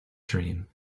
dream